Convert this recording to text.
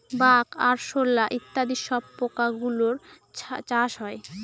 bug, আরশোলা ইত্যাদি সব পোকা গুলোর চাষ হয়